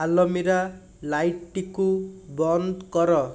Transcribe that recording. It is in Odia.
ଆଲମିରା ଲାଇଟ୍ଟିକୁ ବନ୍ଦ କର